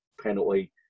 penalty